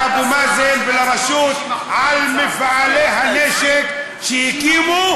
לאבו מאזן ולרשות על מפעלי הנשק שהקימו